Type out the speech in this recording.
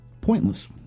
pointless